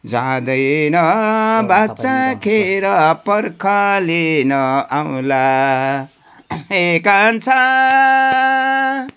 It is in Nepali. जाँदैन वाचा खेर पर्ख लिन आउँला ए कान्छा